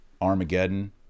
Armageddon